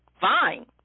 fine